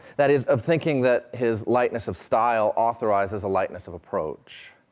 that is, of thinking that his lightness of style authorizes a lightness of approach,